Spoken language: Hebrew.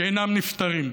שאינם מיושמים.